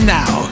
now